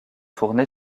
tourné